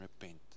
repent